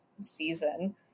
season